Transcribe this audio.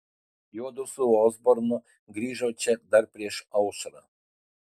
juodu su osbornu grįžo čia dar prieš aušrą